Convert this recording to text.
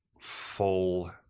full